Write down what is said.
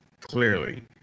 clearly